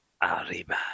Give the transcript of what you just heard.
Arriba